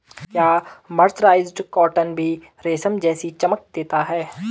क्या mercerised cotton भी रेशम जैसी चमक देता है?